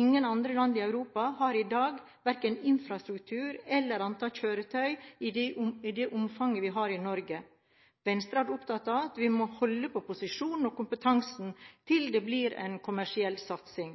Ingen andre land i Europa har i dag verken infrastruktur eller antall kjøretøy i det omfanget vi har i Norge. Venstre er opptatt av at vi må holde på posisjonen og kompetansen til det blir en kommersiell satsing.